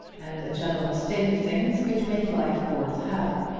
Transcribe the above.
and a general state of things which made life worth having.